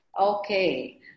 okay